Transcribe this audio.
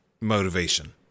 motivation